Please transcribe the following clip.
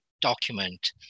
document